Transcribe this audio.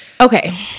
Okay